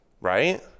right